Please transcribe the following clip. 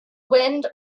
wind